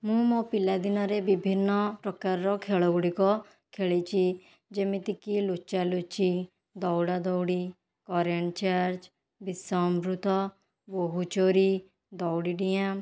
ମୁଁ ମୋ ପିଲା ଦିନରେ ବିଭିନ୍ନ ପ୍ରକାରର ଖେଳ ଗୁଡ଼ିକ ଖେଳିଛି ଯେମିତି କି ଲୁଚା ଲୁଚି ଦୌଡ଼ା ଦୌଡ଼ି କରେଣ୍ଟ ଚାର୍ଜ ବିଷ ଅମୃତ ବୋହୁ ଚୋରି ଦୌଡ଼ି ଡିଆଁ